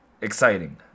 exciting